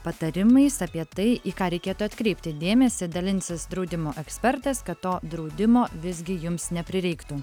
patarimais apie tai į ką reikėtų atkreipti dėmesį dalinsis draudimo ekspertas kad to draudimo visgi jums neprireiktų